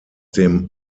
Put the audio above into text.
dem